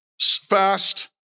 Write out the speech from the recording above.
fast